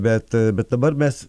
bet bet dabar mes